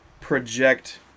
project